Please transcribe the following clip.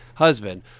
husband